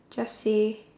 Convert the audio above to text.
just say